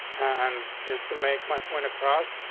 and just to make my point across,